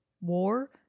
War